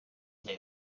there